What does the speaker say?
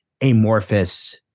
amorphous